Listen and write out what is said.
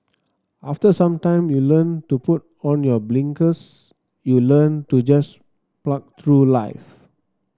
after some time you learn to put on your blinkers you learn to just plough through life